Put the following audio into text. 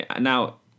now